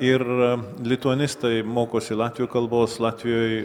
ir lituanistai mokosi latvių kalbos latvijoj